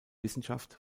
wissenschaft